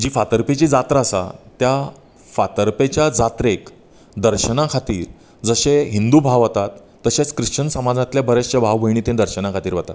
जी फातरपेची जात्रा आसा त्या फातरपेच्या जात्रेक दर्शनां खातीर जशें हिंदू भाव वतात तशेंच ख्रिश्चन समाजातले बरेचशे भाव भयणीं थंय दर्शनां खातीर वतात